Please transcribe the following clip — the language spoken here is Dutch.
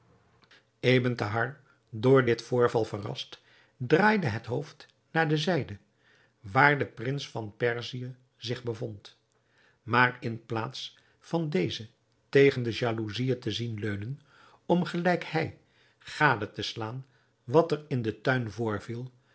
ebn thahar door dit voorval verrast draaide het hoofd naar de zijde waar de prins van perzië zich bevond maar in plaats van dezen tegen de jalousiën te zien leunen om gelijk hij gade te slaan wat er in den tuin voorviel